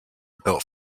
built